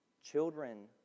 Children